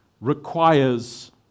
requires